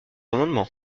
amendement